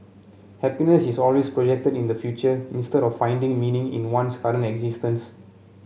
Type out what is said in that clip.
happiness is always projected in the future instead of finding meaning in one's current existence